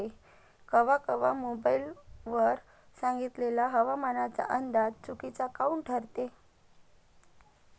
कवा कवा मोबाईल वर सांगितलेला हवामानाचा अंदाज चुकीचा काऊन ठरते?